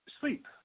sleep